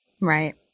Right